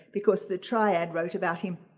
because the triad wrote about him.